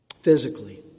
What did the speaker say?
physically